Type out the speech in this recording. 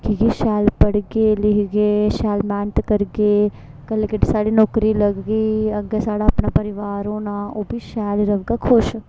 की गी शैल पढ़गे लिखगे शैल मैह्नत करगे कल अगर साढ़ी नौकरी लगगी अग्गें साढ़ा अपना परिवार होना ओह् बी शैल रौह्गा खुश